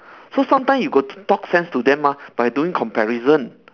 so sometimes you got to talk sense to them mah by doing comparison